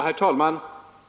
Herr talman!